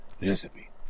recipe